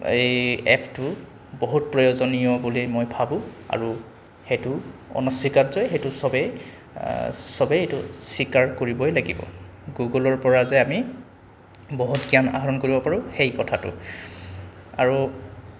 এই এপটো বহুত প্ৰয়োজনীয় বুলি মই ভাবোঁ আৰু সেইটো অনস্বীকাৰ্য সেইটো চবেই চবেই এইটো স্বীকাৰ কৰিবই লাগিব গুগলৰ পৰা যে আমি বহুত জ্ঞান আহৰণ কৰিব পাৰোঁ সেই কথাটো আৰু